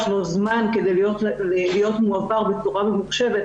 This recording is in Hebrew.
לוקח למידע זמן כדי להיות מועבר בצורה ממוחשבת,